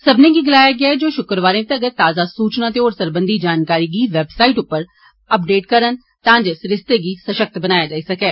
सब्बने गी गलाया गेआ ऐ जे ओ शुक्रवारे तगर ताजा सूचना ते होर सरबंघी जानकारी गी वेबसाइट उप्पर अपडेट करन तां जे सरिस्ते गी सशक्त बनाया जाई सकै